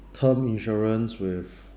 term insurance with